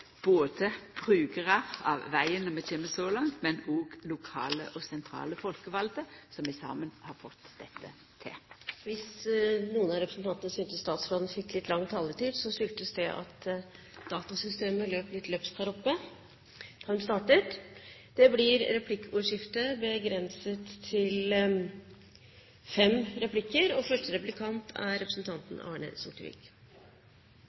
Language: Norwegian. av vegen – når vi kjem så langt – men òg lokale og sentrale folkevalde som i saman har fått dette til. Hvis noen representanter synes statsråden fikk lang taletid, skyldes det at datasystemet løp litt løpsk her oppe da hun startet. Det blir replikkordskifte. Det er med bilistenes penger regjeringen bygger landet. Det er